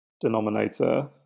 denominator